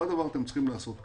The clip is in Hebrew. אותו דבר אתם צריכים לעשות כאן.